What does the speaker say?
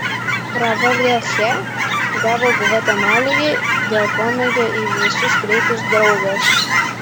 pravardę che gavo gvatemaloje dėl pomėgio į visus kreiptis draugas